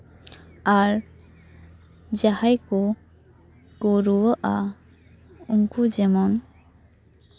ᱟᱨ ᱡᱟᱦᱟᱸᱭ ᱠᱚ ᱨᱩᱣᱟᱹᱜᱼᱟ ᱩᱱᱠᱩ ᱡᱮᱢᱚᱱ